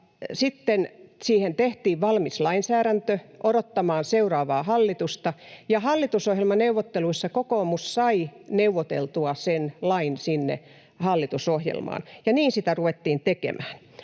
Sitten siihen tehtiin valmis lainsäädäntö odottamaan seuraavaa hallitusta, ja hallitusohjelmaneuvotteluissa kokoomus sai neuvoteltua sen lain sinne hallitusohjelmaan. Ja niin sitä ruvettiin tekemään.